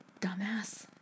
Dumbass